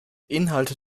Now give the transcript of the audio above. inhalte